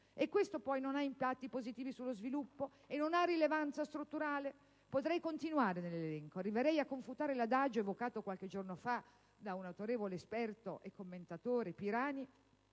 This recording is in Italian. E questo, poi, non ha impatti positivi sullo sviluppo? E non ha rilevanza strutturale? Potrei continuare nell'elenco. Arriverei a confutare l'adagio, evocato qualche giorno fa da un autorevole ed esperto commentatore, Mario